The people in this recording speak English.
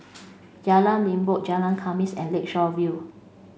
Jalan Limbok Jalan Khamis and Lakeshore View